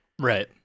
right